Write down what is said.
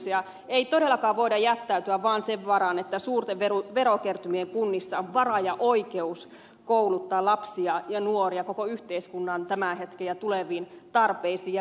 ei todellakaan voida jättäytyä vain sen varaan että suurten verokertymien kunnissa on varaa ja oikeus kouluttaa lapsia ja nuoria koko yhteiskunnan tämän hetken ja tuleviin tarpeisiin